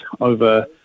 over